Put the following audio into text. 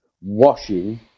washing